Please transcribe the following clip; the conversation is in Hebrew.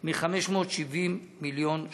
מ-570 מיליון ש"ח.